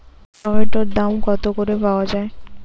টমেটোর দাম কত করে পাওয়া যায়?